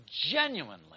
genuinely